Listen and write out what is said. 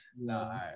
No